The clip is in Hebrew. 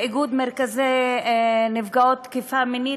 באיגוד מרכזי הסיוע לנפגעות תקיפה מינית,